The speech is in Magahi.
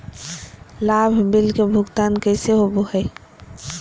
लाभ बिल के भुगतान कैसे होबो हैं?